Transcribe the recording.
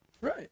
right